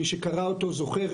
מי שקרא אותו זוכר,